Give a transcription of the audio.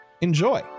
Enjoy